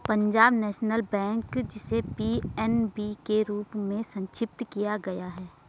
Punjab National Bank, जिसे PNB के रूप में संक्षिप्त किया गया है